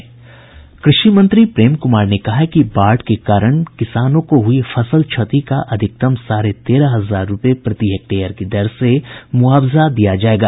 कृषि मंत्री प्रेम कुमार ने कहा है कि बाढ़ के कारण किसानों को हुई फसल क्षति का अधिकतम साढ़े तेरह हजार रूपये प्रति हेक्टेयर की दर से मुआवजा दिया जायेगा